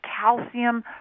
calcium